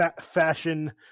Fashion